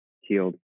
healed